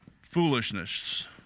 foolishness